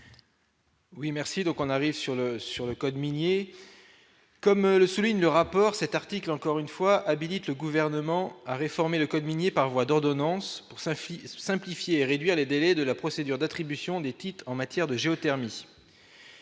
Oui merci, donc on arrive sur le, sur le code minier, comme le souligne le rapport, cet article, encore une fois, habilite le gouvernement à réformer le code minier par voie d'ordonnance pour sa fille, simplifier et réduire les délais de la procédure d'attribution des titres en matière de géothermie,